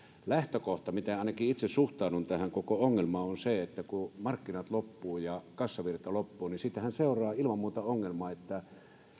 lähtökohta miten ainakin itse suhtaudun tähän koko ongelmaan on se että kun markkinat loppuvat ja kassavirta loppuu niin siitähän seuraa ilman muuta se ongelma että